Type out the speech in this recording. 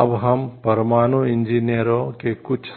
अब हम परमाणु इंजीनियरों निर्माण